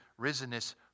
risenness